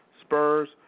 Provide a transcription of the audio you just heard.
Spurs